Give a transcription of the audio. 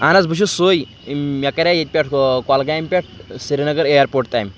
اہن حظ بہٕ چھُس سُے مےٚ کَرے ییٚتہِ پٮ۪ٹھ کۄلگامہِ پٮ۪ٹھ سرینگر اِیَرپوٹ تامۍ